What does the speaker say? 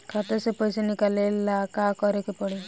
खाता से पैसा निकाले ला का करे के पड़ी?